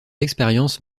expérience